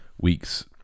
Weeks